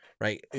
right